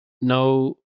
no